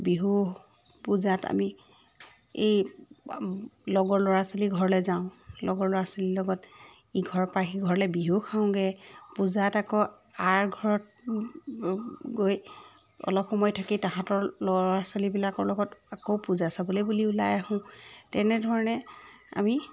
বিহু পূজাত আমি এই লগৰ ল'ৰা ছোৱালীৰ ঘৰলৈ যাওঁ লগৰ ল'ৰা ছোৱালীৰ লগত ইঘৰ পৰা সিঘৰলৈ বিহু খাওঁগৈ পূজাত আকৌ আৰ ঘৰত গৈ অলপ সময় থাকি তাহাঁতৰ ল'ৰা ছোৱালীবিলাকৰ লগত আকৌ পূজা চাবলৈ বুলি ওলাই আহোঁ তেনেধৰণে আমি